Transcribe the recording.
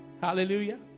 hallelujah